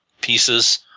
pieces